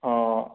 ହଁ